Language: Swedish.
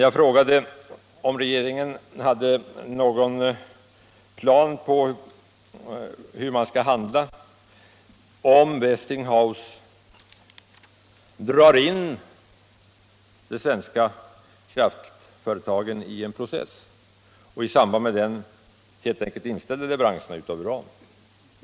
Jag frågade om regeringen har några planer för hur man skall handla om Westinghouse och de svenska kraftföretagen hamnar i en process och i samband med det leveransen av uran helt enkelt ställs in.